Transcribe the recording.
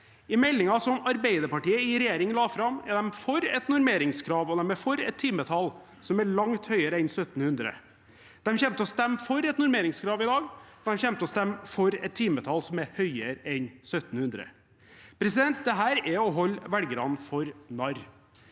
I meldingen som Arbeiderpartiet i regjering la fram, er de for et normeringskrav, og de er for et timetall som er langt høyere enn 1 700. De kommer til å stemme for et normeringskrav i dag, og de kommer til å stemme for et timetall som er høyere enn 1 700. Dette er å holde velgerne for narr.